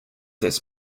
this